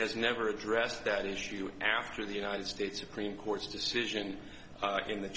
has never addressed that issue after the united states supreme court's decision in the